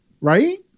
right